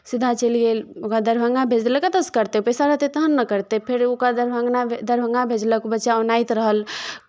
सीधा चलि गेल ओकरा दरभंगा भेज देलक कतयसँ करतै पैसा रहतै तहन ने करतै फेर ओकरा दरभंगना दरभंगा भेजलक बच्चा औनाइत रहल